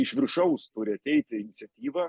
iš viršaus turi ateiti iniciatyva